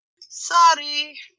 sorry